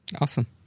Awesome